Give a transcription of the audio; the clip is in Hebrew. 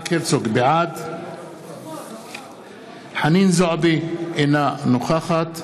בעד חנין זועבי, אינה נוכחת